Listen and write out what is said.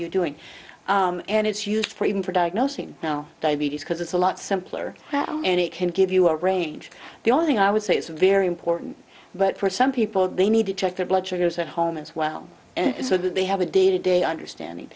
you doing and it's used for even for diagnosing now diabetes because it's a lot simpler and it can give you a range the only thing i would say it's very important but first people they need to check their blood sugars at home as well and so they have a day to day understand